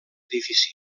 edifici